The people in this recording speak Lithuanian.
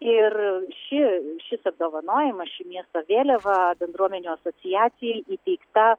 ir ši šis apdovanojimas ši miesto vėliava bendruomenių asociacijai įteikta